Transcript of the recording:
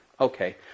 Okay